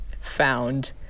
found